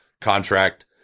contract